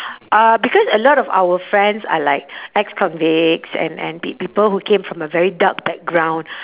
uh because a lot of our friends are like ex-convicts and and peo~ people who came from a very dark background